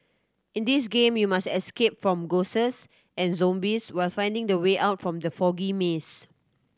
in this game you must escape from ghosts and zombies while finding the way out from the foggy maze